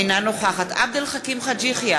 אינה נוכחת עבד אל חכים חאג' יחיא,